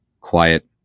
quiet